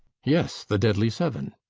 yes, the deadly seven.